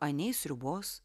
anei sriubos